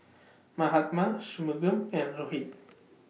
Mahatma Shunmugam and Rohit